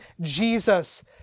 Jesus